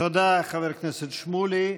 תודה, חבר הכנסת שמולי.